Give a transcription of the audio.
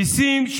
מיסים,